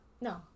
no